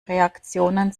reaktionen